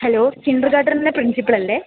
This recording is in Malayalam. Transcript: ഹലോ സിൻഡ്രൽ ഗാർഡനിലെ പ്രിൻസിപ്പളല്ലേ